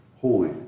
Holy